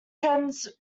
trends